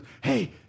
Hey